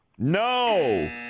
No